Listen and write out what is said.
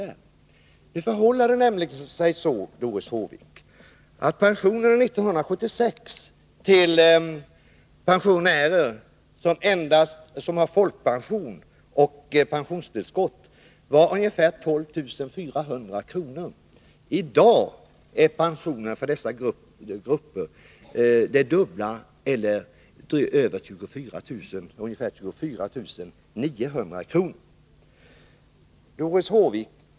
Det förhåller sig så, Doris Håvik, att pensionerna 1976 till personer som uppbar endast folkpension och pensionstillskott uppgick till ungefär 12 400 kr. I dag är pensionerna inom denna grupp dubbelt så höga eller ungefär 24 900 kr. Doris Håvik!